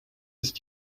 ist